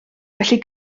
felly